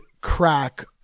crack